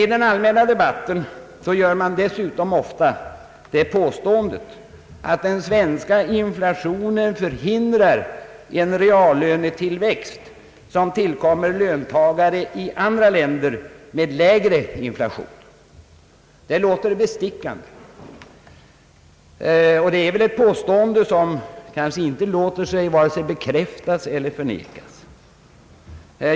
I den allmänna debatten gör man dessutom ofta det påståendet att den svenska inflationen förhindrar en reallönetillväxt som tillkommer löntagare i andra länder med lägre inflation. Det låter bestickande, och det är ett påstående som kanske inte låter sig vare sig bekräftas eller förnekas.